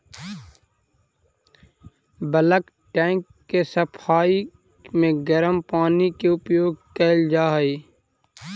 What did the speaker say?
bulk tank के सफाई में गरम पानी के उपयोग कैल जा हई